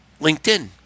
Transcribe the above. LinkedIn